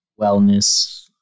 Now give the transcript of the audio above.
Wellness